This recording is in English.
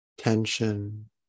Tension